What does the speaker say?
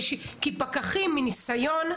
כי פקחים, מניסיון,